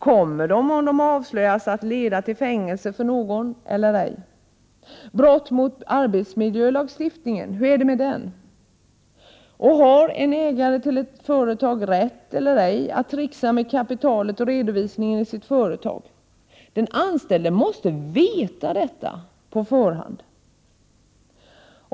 Kommer de, om de avslöjas, att leda till fängelse för någon eller ej? Brott mot arbetsmiljölagstiftningen — hur är det med dem? Har en ägare till ett företag rätt eller ej att trixa med kapitalet och redovisningen i sitt företag? Den anställde måste veta detta på förhand.